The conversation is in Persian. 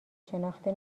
شناخته